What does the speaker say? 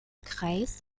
kreis